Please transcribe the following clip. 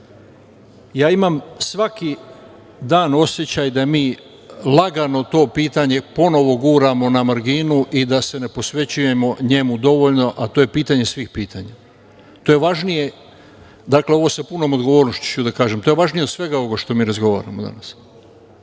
svaki dan osećaj da mi lagano to pitanje ponovo guramo na marginu i da se ne posvećujemo njemu dovoljno, a to je pitanje svih pitanja. To je važnije, dakle, ovo sa punom odgovornošću ću da kažem, to je važnije od svega ovoga što mi danas razgovaramo.Zašto?